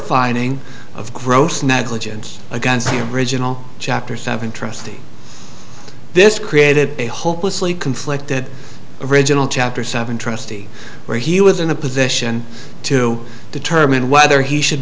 finding of gross negligence against the original chapter seven trustee this created a hopelessly conflicted original chapter seven trustee where he was in a position to determine whether he should